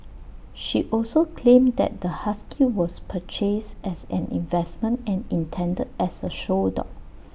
she also claimed that the husky was purchased as an investment and intended as A show dog